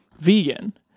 vegan